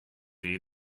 you